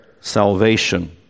salvation